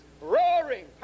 roaring